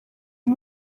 iyi